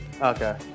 Okay